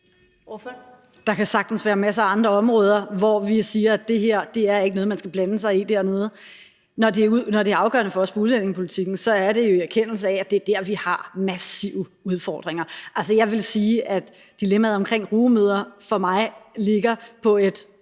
Der kan sagtens være masser af andre områder, hvor vi siger, at det her ikke er noget, man skal blande sig i dernede. Når det er afgørende for os på udlændingepolitikken, er det jo i erkendelse af, at det er dér, vi har massive udfordringer. Jeg vil sige, at dilemmaet omkring rugemødre for mig ligger på et